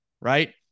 Right